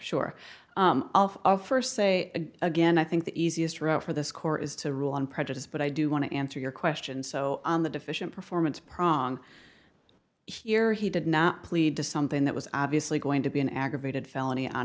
of st say again i think the easiest route for the score is to rule on prejudice but i do want to answer your question so on the deficient performance prong here he did not plead to something that was obviously going to be an aggravated felony on